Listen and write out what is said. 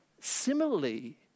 Similarly